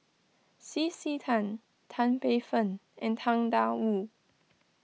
C C Tan Tan Paey Fern and Tang Da Wu